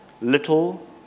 little